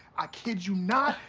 i kid you not,